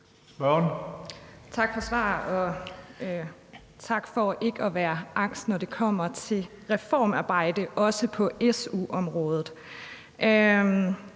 Tak for svaret, og tak for ikke at være angst, når det kommer til reformarbejde, heller ikke på su-området.